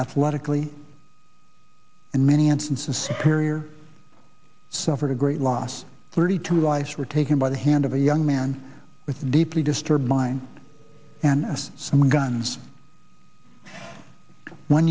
athletically in many instances perrier suffered a great loss thirty two lives were taken by the hand of a young man with a deeply disturbed mind and as some guns one